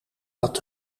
dat